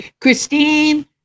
christine